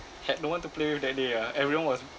had no one to play with that day ah everyone was